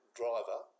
driver